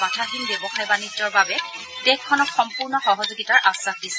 বাধাহীন ব্যৱসায় বাণিজ্যৰ বাবে দেশখনক সম্পূৰ্ণ সহযোগিতাৰ আশ্বাস দিছে